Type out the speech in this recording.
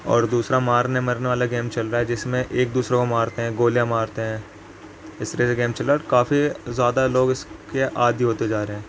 اور دوسرا مارنے مرنے والا گیم چل رہا ہے جس میں ایک دوسروں کو مارتے ہیں گولیاں مارتے ہیں اس طریقے کا گیم چل رہا ہے اور کافی زیادہ لوگ اس کے عادی ہوتے جا رہے ہیں